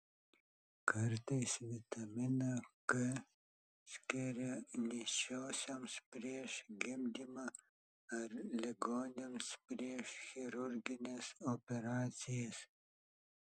kartais vitaminą k skiria nėščiosioms prieš gimdymą ar ligoniams prieš chirurgines operacijas